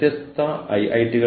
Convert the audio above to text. കൂടാതെ നിങ്ങൾ വില കുറയ്ക്കുന്നു